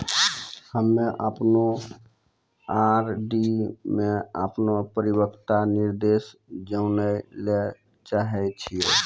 हम्मे अपनो आर.डी मे अपनो परिपक्वता निर्देश जानै ले चाहै छियै